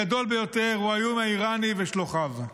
הגדול ביותר, הוא האיום האיראני ושלוחיו.